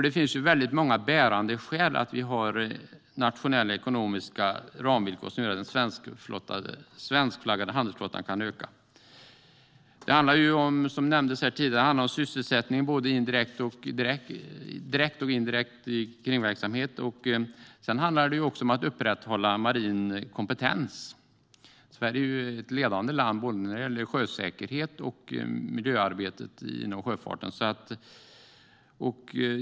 Det finns många bärande skäl för att vi ska ha nationella ekonomiska ramvillkor som ska göra så att den svenskflaggade handelsflottan kan öka. Det handlar om sysselsättning, både direkt och indirekt i kringverksamhet, vilket nämndes här tidigare. Det handlar också om att upprätthålla marin kompetens. Sverige är ett ledande land när det gäller både sjösäkerhet och miljöarbete inom sjöfarten.